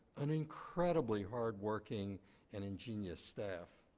an incredibly hard-working and ingenious staff.